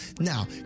Now